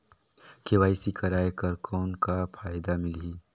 KYC कराय कर कौन का फायदा मिलही?